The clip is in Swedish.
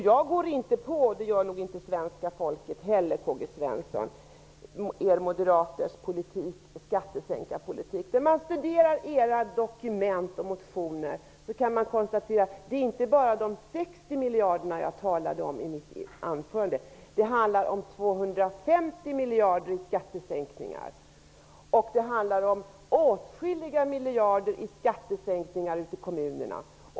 Jag går inte på - och det tror jag inte att svenska folket heller gör - Moderaternas skattesänkarpolitik. När man studerar era dokument och motioner kan man konstatera att det inte bara är fråga om de 60 miljarderna som jag talade om i mitt anförande, utan det handlar om 250 miljarder i skattesänkningar, och det handlar om åtskilliga miljarder i skattesänkningar ute i kommunerna.